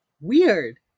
weird